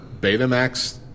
Betamax